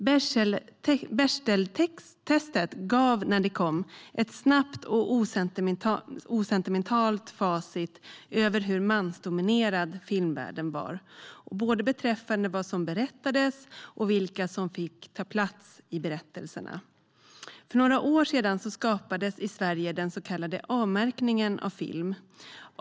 Bechdeltestet gav när det kom ett snabbt och osentimentalt facit över hur mansdominerad filmvärlden var beträffande både vad som berättades och vilka som fick ta plats i berättelserna. För några år sedan skapades i Sverige den så kallade A-märkningen av film.